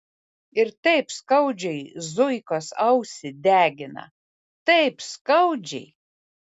ir taip skaudžiai zuikos ausį degina taip skaudžiai